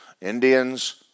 Indians